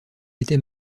était